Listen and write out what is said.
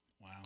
Wow